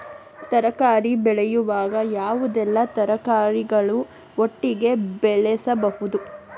ತರಕಾರಿ ಬೆಳೆಯುವಾಗ ಯಾವುದೆಲ್ಲ ತರಕಾರಿಗಳನ್ನು ಒಟ್ಟಿಗೆ ಬೆಳೆಸಬಹುದು?